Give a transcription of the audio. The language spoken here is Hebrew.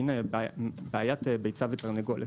מן בעיית ביצה ותרנגולת,